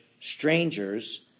Strangers